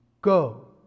Go